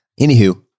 Anywho